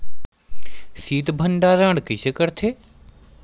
शीत भंडारण कइसे करथे?